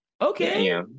Okay